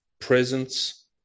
presence